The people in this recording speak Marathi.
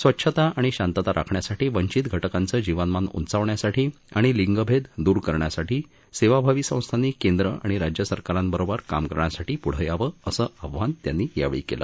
स्वच्छता आणि शांतता राखण्यासाठी वंचित घटकांचं जीवनमान उंचावण्यासाठी आणि लिंगभेद दूर करण्यासाठी सेवाभावी संस्थांनी केंद्र आणि राज्यसरकारांबरोबर काम करण्यासाठी पुढं यावं असं आव्हान त्यांनी केलं